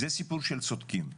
זה סיפור של צודקים.